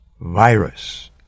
virus